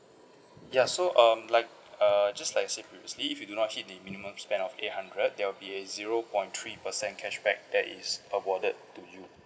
ya so um like uh just like I said previously if you do not hit the minimum spend of eight hundred there will be a zero point three percent cashback that is awarded to you